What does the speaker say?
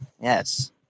Yes